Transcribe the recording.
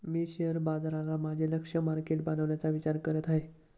मी share बाजाराला माझे लक्ष्य मार्केट बनवण्याचा विचार करत आहे